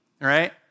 right